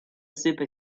super